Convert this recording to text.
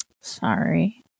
Sorry